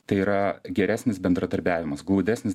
tai yra geresnis bendradarbiavimas glaudesnis